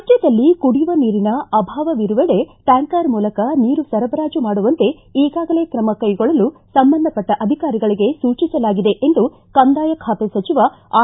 ರಾಜ್ವದಲ್ಲಿ ಕುಡಿಯುವ ನೀರಿನ ಅಭಾವವಿರುವೆಡೆ ಟ್ವಾಂಕರ್ ಮೂಲಕ ನೀರು ಸರಬರಾಜು ಮಾಡುವಂತೆ ಈಗಾಗಲೇ ಕ್ರಮ ಕೈಗೊಳ್ಳಲು ಸಂಬಂಧಪಟ್ಟ ಅಧಿಕಾರಿಗಳಿಗೆ ಸೂಚಿಸಲಾಗಿದೆ ಎಂದು ಕಂದಾಯ ಖಾತೆ ಸಚಿವ ಆರ್